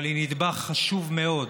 אבל היא נדבך חשוב מאוד,